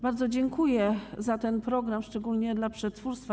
Bardzo dziękuję za ten program, szczególnie dla przetwórstwa.